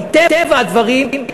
מטבע הדברים,